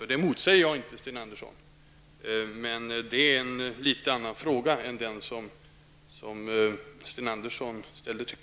Jag motsäger inte detta, Sten Andersson, men jag tycker att det är en annan fråga än den som Sten Andersson ställde.